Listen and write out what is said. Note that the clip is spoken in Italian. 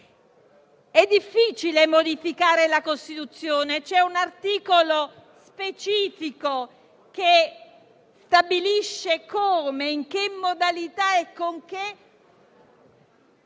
È difficile modificare la Costituzione: c'è un articolo specifico che stabilisce come, in che modalità e con quali